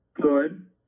good